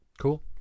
Cool